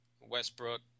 Westbrook